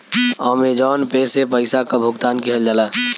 Amazon Pay से पइसा क भुगतान किहल जाला